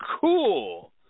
cool